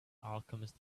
alchemist